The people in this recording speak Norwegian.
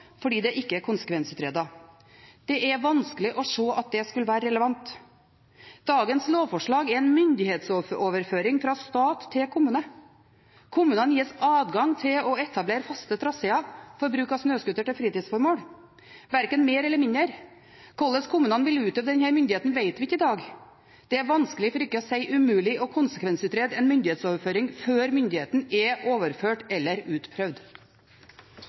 fordi det ikke er konsekvensutredet. Det er vanskelig å se at det skulle være relevant. Dagens lovforslag er en myndighetsoverføring fra stat til kommune. Kommunene gis adgang til å etablere faste traseer for bruk av snøscooter til fritidsformål – verken mer eller mindre. Hvordan kommunene vil utøve denne myndigheten, vet vi ikke i dag. Det er vanskelig, for ikke å si umulig, å konsekvensutrede en myndighetsoverføring før myndigheten er overført eller utprøvd.